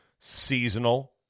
seasonal